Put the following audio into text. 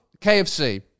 KFC